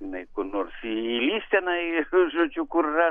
jinai kur nors įlįs tenai nu žodžiu kur ras